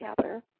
together